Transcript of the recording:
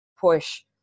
push